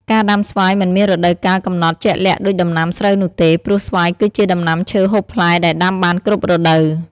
ការដាំស្វាយមិនមានរដូវកាលកំណត់ជាក់លាក់ដូចដំណាំស្រូវនោះទេ ព្រោះស្វាយគឺជាដំណាំឈើហូបផ្លែដែលដាំបានគ្រប់រដូវ។